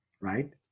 right